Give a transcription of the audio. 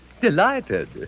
delighted